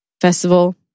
festival